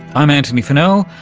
i'm antony funnell,